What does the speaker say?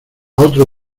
otro